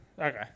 Okay